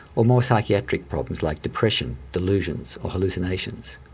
or more psychiatric problems like depression, delusions, or hallucinations.